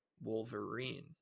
Wolverine